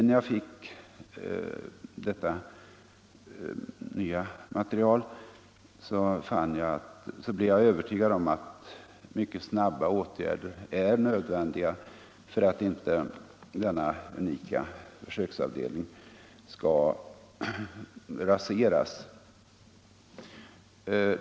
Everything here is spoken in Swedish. När jag fick detta nya material, blev jag övertygad om att mycket snabba åtgärder är nödvändiga för att inte denna unika försöksavdelning skall raseras.